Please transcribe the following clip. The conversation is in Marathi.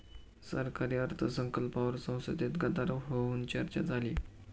सरकारी अर्थसंकल्पावर संसदेत गदारोळ होऊन चर्चा झाली